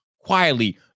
quietly